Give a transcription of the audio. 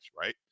right